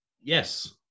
Yes